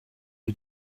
you